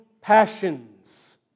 passions